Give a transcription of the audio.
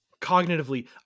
Cognitively